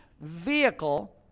vehicle